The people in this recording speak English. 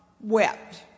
wept